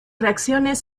reacciones